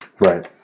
Right